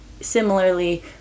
similarly